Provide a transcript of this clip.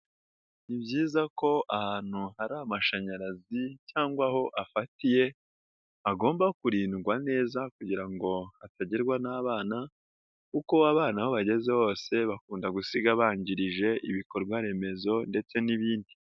Ni byiza ko ahantu hari amashanyarazi cyangwa aho afatiye, agomba kurindwa neza kugira ngo atage n'abana kuko abana aho bageze hose bakunda gusiga bangirije ibikorwaremezo ndetse n'ibindi.